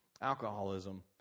alcoholism